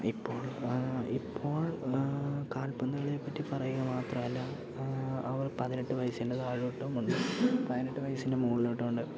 ഇപ്പോൾ ഇപ്പോൾ കാൽപ്പന്ത് കളിയെപ്പറ്റി പറയുക മാത്രമല്ല അവർ പതിനെട്ട് വയസ്സിൻ്റെ താഴോട്ടുമുണ്ട് പതിനെട്ട് വയസ്സിൻ്റെ മുകളിലോട്ടുമുണ്ട്